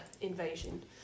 invasion